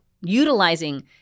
utilizing